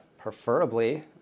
preferably